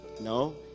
No